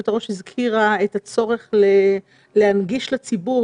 ראש הזכירה את הצורך להנגיש לציבור,